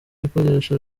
ibikoresho